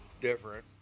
different